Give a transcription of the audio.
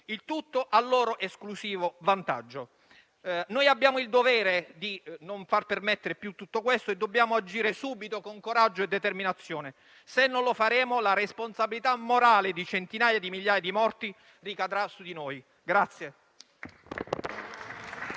il tutto a loro esclusivo vantaggio. Abbiamo il dovere di impedire tutto questo e dobbiamo agire subito con coraggio e determinazione. Se non lo faremo, la responsabilità morale di centinaia di migliaia di morti ricadrà su di noi.